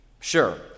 Sure